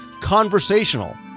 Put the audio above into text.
conversational